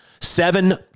Seven